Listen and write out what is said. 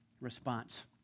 response